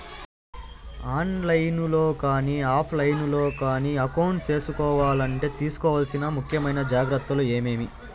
On line లో కానీ offline లో కానీ అకౌంట్ సేసుకోవాలంటే తీసుకోవాల్సిన ముఖ్యమైన జాగ్రత్తలు ఏమేమి?